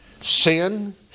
sin